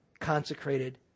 consecrated